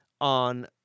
on